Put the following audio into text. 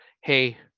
hey